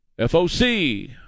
foc